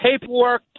paperwork